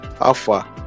Alpha